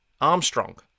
Armstrong